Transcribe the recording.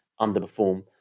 underperform